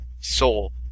soul